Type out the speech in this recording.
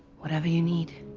whatever you need.